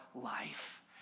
life